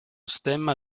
stemma